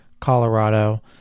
Colorado